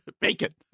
Bacon